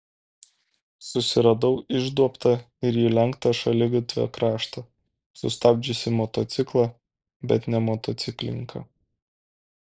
susiradau išduobtą ir įlenktą šaligatvio kraštą sustabdžiusį motociklą bet ne motociklininką